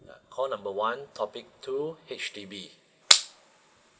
uh call number one topic two H_D_B